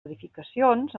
edificacions